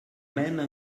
même